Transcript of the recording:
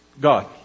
God